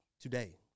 today